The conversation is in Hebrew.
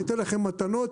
ניתן לכם מתנות,